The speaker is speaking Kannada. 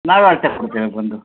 ನಾವೇ ಅಳತೆ ಕೊಡ್ತೀವಿ ಬಂದು